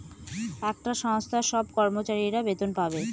একটা সংস্থার সব কর্মচারীরা বেতন পাবে